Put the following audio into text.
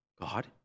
God